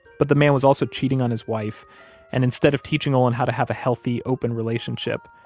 but the man was also cheating on his wife and instead of teaching olin how to have a healthy, open relationship,